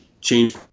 change